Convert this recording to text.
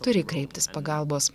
turi kreiptis pagalbos